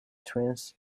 twins